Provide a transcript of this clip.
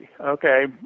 Okay